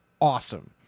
awesome